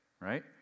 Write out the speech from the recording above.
right